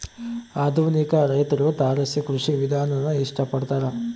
ಆಧುನಿಕ ರೈತ್ರು ತಾರಸಿ ಕೃಷಿ ವಿಧಾನಾನ ಇಷ್ಟ ಪಡ್ತಾರ